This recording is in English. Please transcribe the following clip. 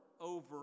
over